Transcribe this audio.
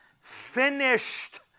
finished